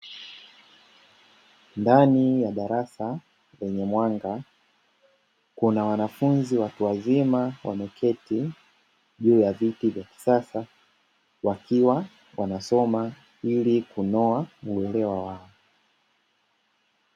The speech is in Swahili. Ndani ya darasa lenye mwanga, kuna wanafunzi watu wazima wameketi juu ya viti vya kisasa, wakiwa wanasoma ili kunoa uelewa wao.